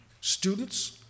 students